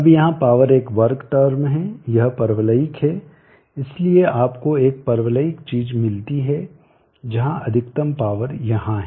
अब यहाँ पावर एक वर्ग टर्म है यह परवलयिक है इसलिए आपको एक परवलयिक चीज़ मिलती है जहाँ अधिकतम पावर यहाँ है